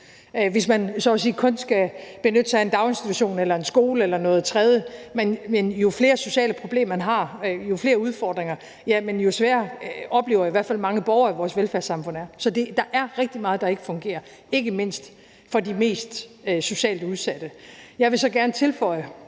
hvis man kun skal benytte sig af en daginstitution eller en skole eller noget tredje. Men jo flere sociale problemer, man har, og jo flere udfordringer, jamen jo sværere oplever i hvert fald mange borgere at vores velfærdssamfund er at navigere i. Så der er rigtig meget, der ikke fungerer, ikke mindst for de mest socialt udsatte. Jeg vil så gerne tilføje